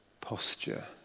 posture